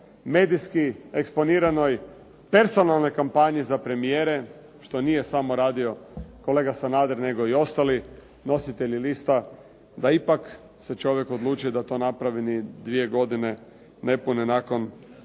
medijski eksponiranoj personalnoj kampanji za premijere što nije samo radio kolega Sanader nego i ostali nositelji lista da ipak se čovjek odlučio da to napravi ni dvije godine nepune nakon